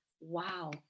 Wow